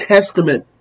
Testament